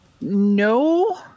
No